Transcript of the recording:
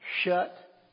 shut